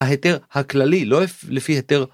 ההיתר הכללי לא אפ... לפי היתר.